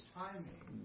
timing